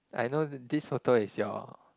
I know this photo is your